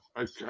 okay